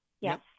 yes